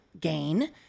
gain